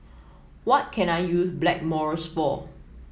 what can I use Blackmores for